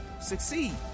succeed